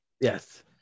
Yes